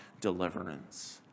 deliverance